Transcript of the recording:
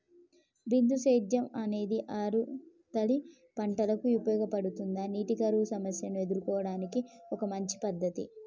బిందు సేద్యం అనేది ఆరుతడి పంటలకు ఉపయోగపడుతుందా నీటి కరువు సమస్యను ఎదుర్కోవడానికి ఒక మంచి పద్ధతి?